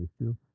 issue